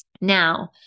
Now